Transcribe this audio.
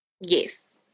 Yes